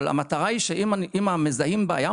אבל המטרה היא שאם מזהים בעיה,